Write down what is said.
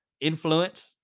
influence